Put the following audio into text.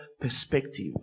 perspective